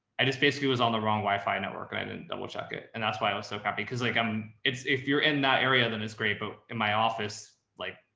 i just basically was on the wrong wifi network. and didn't double check it. and that's why i was so happy. cause like, um it's, if you're in that area, then it's great. but in my office, like.